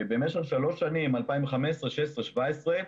במשך שלוש שנים, 2015, 2016 ו-2017,